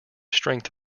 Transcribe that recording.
strength